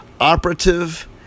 operative